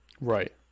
Right